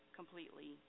completely